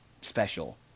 special